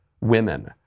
women